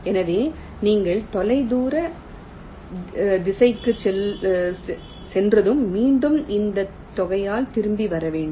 எனவே நீங்கள் தொலைதூர திசைக்குச் சென்றதும் மீண்டும் அந்தத் தொகையால் திரும்பி வர வேண்டும்